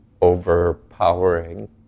overpowering